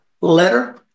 letter